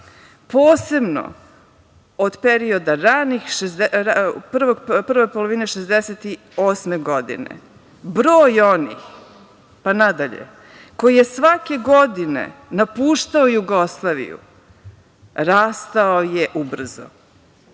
posebno od perioda prve polovine 1968. godine broj onih, pa nadalje, koji je svake godine napuštao Jugoslaviju rastao je ubrzo.